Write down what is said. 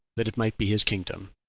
that it might be his kingdom.